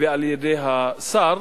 ועל-ידי השר,